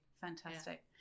Fantastic